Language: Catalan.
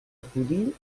acudir